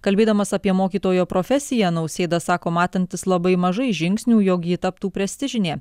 kalbėdamas apie mokytojo profesiją nausėda sako matantis labai mažai žingsnių jog ji taptų prestižinė